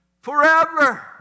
Forever